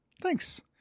thanks